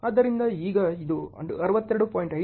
ಆದ್ದರಿಂದ ಈಗ ಇದು 62